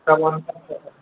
सभ अनपढ़ छै